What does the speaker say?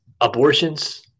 abortions